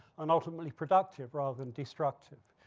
and ultimately productive rather than destructive.